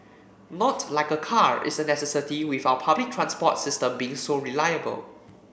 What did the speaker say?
not like a car is a necessity with our public transport system being so reliable